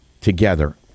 together